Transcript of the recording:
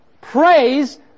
Praise